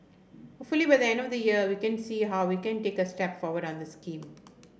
hopefully by the end of the year we can see how we can take a step forward on the scheme